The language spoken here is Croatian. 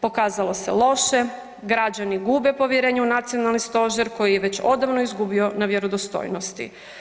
Pokazalo se loše, građani gube povjerenje u nacionalni stožer koji je već odavno izgubio na vjerodostojnosti.